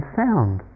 sound